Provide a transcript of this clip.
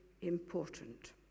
important